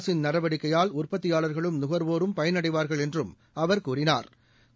அரசின் நடவடிக்கையால் உற்பத்தியாளர்களும் நுகர்வோரும் பயனடைவார்கள் என்றும் அவர் கூறிணா்